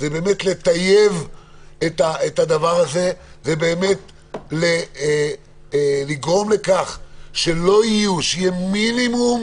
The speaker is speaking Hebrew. זה לטייב את הדבר הזה ולגרום לכך שיהיו מינימום